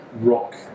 rock